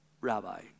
Rabbi